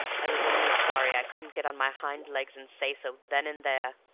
i was only sorry i couldn't get on my hind legs and say so then and there.